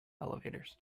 elevators